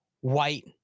white